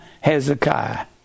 Hezekiah